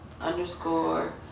underscore